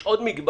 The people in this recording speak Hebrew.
יש עוד מגבלה,